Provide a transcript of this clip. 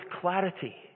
clarity